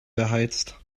beheizt